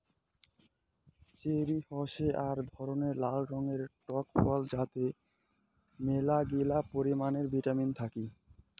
cherry হসে আক ধরণের নাল রঙের টক ফল যাতে মেলাগিলা পরিমানে ভিটামিন থাকি